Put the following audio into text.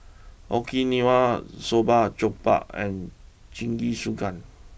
Okinawa Soba Jokbal and Jingisukan